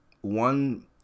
one